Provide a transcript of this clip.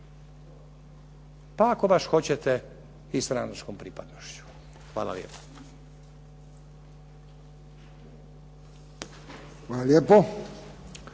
pa ako baš hoćete i stranačkom pripadnošću. Hvala lijepo. **Friščić,